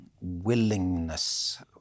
willingness